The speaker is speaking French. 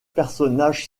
personnage